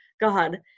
God